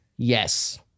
Yes